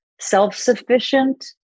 self-sufficient